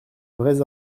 vrais